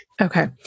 Okay